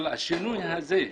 השינוי הזה,